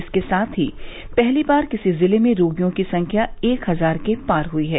इसके साथ ही पहली बार किसी जिले में रोगियों की संख्या एक हजार के पार हुई है